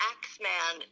Axeman